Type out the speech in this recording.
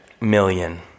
million